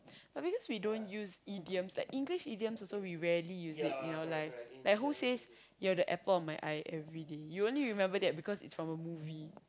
but because we don't use idioms like English idioms also we rarely use it you know like like who says you're the apple of my eye everyday you only remember that because it's from a movie